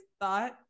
thought